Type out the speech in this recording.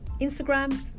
Instagram